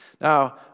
Now